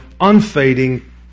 unfading